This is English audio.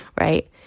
right